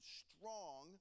strong